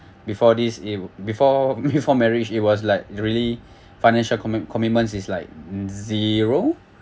before this it before before marriage it was like really financial commit~ commitments is like zero